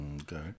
Okay